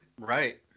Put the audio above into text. right